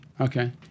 Okay